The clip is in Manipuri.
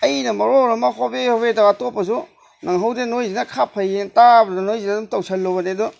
ꯑꯩꯅ ꯃꯔꯣꯟ ꯑꯃ ꯍꯣꯕꯦ ꯍꯣꯕꯦ ꯇꯧꯔ ꯑꯇꯣꯞꯄꯁꯨ ꯅꯪꯍꯧꯗꯦ ꯅꯣꯏꯒꯤꯁꯤꯅ ꯈꯔ ꯐꯩꯑꯦꯅ ꯇꯥꯕꯗꯨꯅ ꯅꯣꯏꯁꯤꯗ ꯑꯗꯨꯝ ꯇꯧꯁꯤꯜꯂꯨꯕꯅꯤ ꯑꯗꯨ